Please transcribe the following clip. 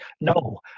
no